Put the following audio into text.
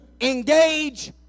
engage